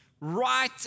right